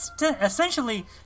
essentially